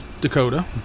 Dakota